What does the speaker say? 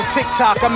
TikTok